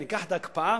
ניקח את ההקפאה,